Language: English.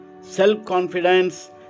self-confidence